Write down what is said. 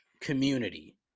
community